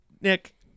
Nick